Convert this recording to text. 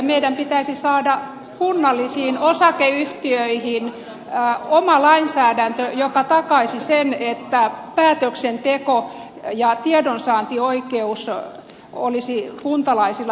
meidän pitäisi saada kunnallisiin osakeyhtiöihin oma lainsäädäntö joka takaisi sen että päätöksenteko ja tiedonsaantioikeus olisi kuntalaisilla turvattu